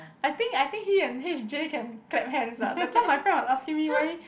I think I think he and H_J can clap hands ah that time my friend was asking me why